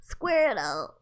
Squirtle